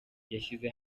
yashyize